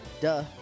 duh